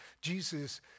Jesus